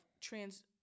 trans-